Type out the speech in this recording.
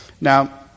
Now